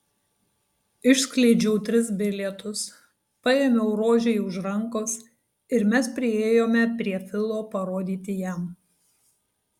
išskleidžiau tris bilietus paėmiau rožei už rankos ir mes priėjome prie filo parodyti jam